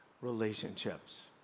relationships